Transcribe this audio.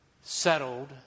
settled